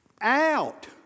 out